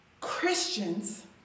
Christians